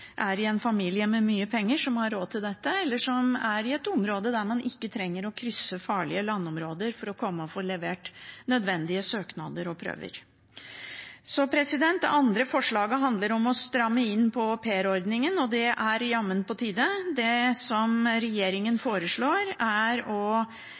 er fra en familie med mye penger, og som har råd til dette, eller er i et område der man ikke trenger å krysse farlige landområder for å få levert nødvendige søknader og prøver. Det andre forslaget handler om å stramme inn på aupairordningen, og det er jammen på tide. Det som regjeringen